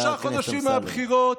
שלושה חודשים מהבחירות,